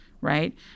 right